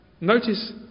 notice